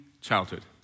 Childhood